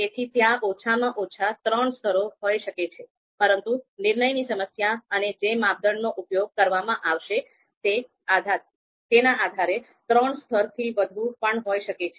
તેથી ત્યાં ઓછામાં ઓછા ત્રણ સ્તરો હોઈ શકે છે પરંતુ નિર્ણયની સમસ્યા અને જે માપદંડોનો ઉપયોગ કરવામાં આવશે તેના આધારે ત્રણ સ્તરથી વધુ પણ હોઈ શકે છે